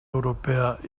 europea